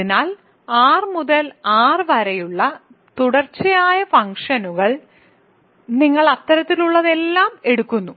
അതിനാൽ R മുതൽ R വരെയുള്ള തുടർച്ചയായ ഫങ്ക്ഷനുകൾ നിങ്ങൾ അത്തരത്തിലുള്ളതെല്ലാം എടുക്കുന്നു